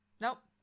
Nope